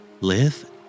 Live